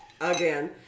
Again